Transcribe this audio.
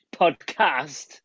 podcast